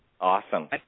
Awesome